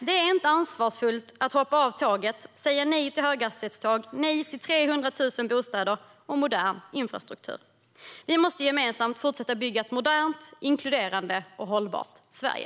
Det är inte ansvarsfullt att hoppa av tåget och säga nej till höghastighetståg, till 300 000 bostäder och till modern infrastruktur. Vi måste gemensamt fortsätta att bygga ett modernt, inkluderande och hållbart Sverige.